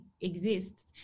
exists